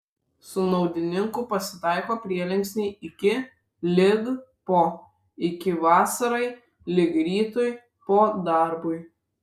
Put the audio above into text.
su naudininku pasitaiko prielinksniai iki lig po iki vasarai lig rytui po darbui